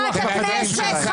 --- חברת הכנסת השכל, קריאה ראשונה.